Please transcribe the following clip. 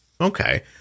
Okay